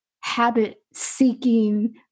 habit-seeking